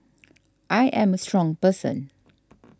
I am a strong person